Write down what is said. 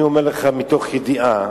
אני אומר לך מתוך ידיעה,